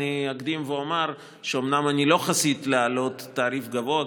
אני אקדים ואומר שאומנם אני לא חסיד להעלות את התעריף הגבוה,